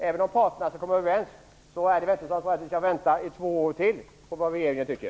Även om parterna skall komma överens skall vi väl inte behöva vänta i två år till på vad regeringen tycker?